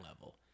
level